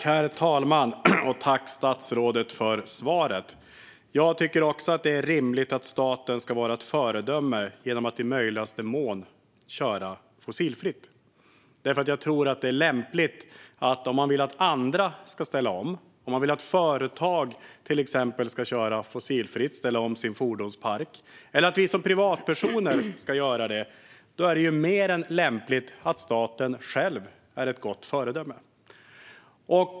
Herr talman! Tack, statsrådet, för svaret! Jag tycker också att det är rimligt att staten ska vara ett föredöme genom att i möjligaste mån köra fossilfritt. Om man vill att andra ska ställa om, till exempel att företag ska ställa om sin fordonspark och köra fossilfritt eller att vi som privatpersoner ska göra det, är det mer än lämpligt att staten själv är ett gott föredöme.